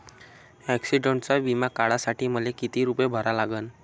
ॲक्सिडंटचा बिमा काढा साठी मले किती रूपे भरा लागन?